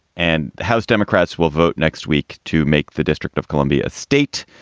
and house democrats will vote next week to make the district of columbia a state.